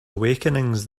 awakenings